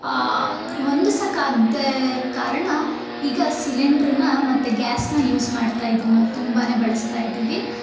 ಹೊಂದಿಸಕ್ ಆಗ್ದ ಕಾರಣ ಈಗ ಸಿಲಿಂಡ್ರನ್ನ ಮತ್ತು ಗ್ಯಾಸನ್ನ ಯೂಸ್ ಮಾಡ್ತಾ ಇದೀವಿ ನಾವು ತುಂಬ ಬಳಸ್ತಾ ಇದ್ದೀವಿ